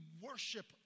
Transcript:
worship